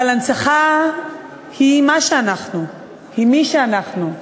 אבל הנצחה היא מה שאנחנו, היא מי שאנחנו.